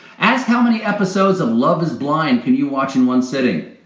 ask how many episodes of love is blind can you watch in one sitting.